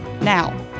Now